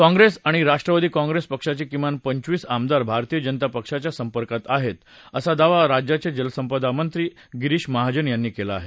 काँग्रेस आणि राष्ट्रवादी काँग्रेस पक्षांचे किमान पंचवीस आमदार भारतीय जनता पक्षाच्या संपर्कात आहेत असा दावा राज्याचे जलसंसाधन मंत्री गिरीश महाजन यांनी केला आहे